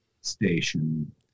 station